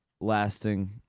Lasting